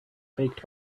faked